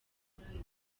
mabanga